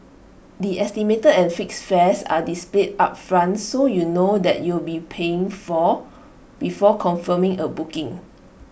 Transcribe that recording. the estimated and fixed fares are displayed upfront so you know that you'll be paying for before confirming A booking